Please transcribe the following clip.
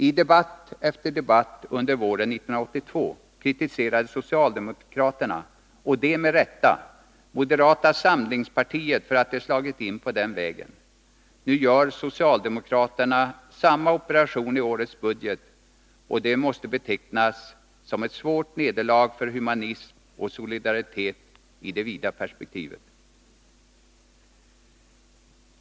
I debatt efter debatt under våren 1982 kritiserade socialdemokraterna, och det med rätta, moderata samlingspartiet för att: det slagit in på den vägen. Nu gör socialdemokraterna samma operation i årets budget, och det måste betecknas som ett svårt nederlag för humanism och solidaritet i det vida perspektivet.